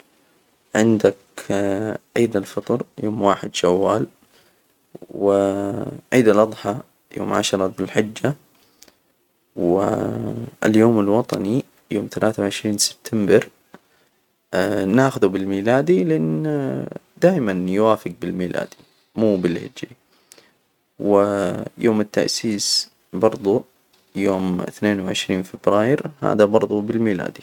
عندك عيد الفطر يوم واحد شوال، و عيد الأضحى يوم عشر ذو الحجة و اليوم الوطني يوم ثلاثة وعشرين سبتمبر. ناخذه بالميلادي لأن دائما يوافق بالميلادي مو بالهجري. و يوم التأسيس برضو يوم اثنين وعشرين فبراير هذا برضو بالميلادي.